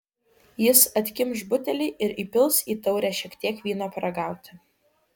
jis atkimš butelį ir įpils į taurę šiek tiek vyno paragauti